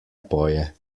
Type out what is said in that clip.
poje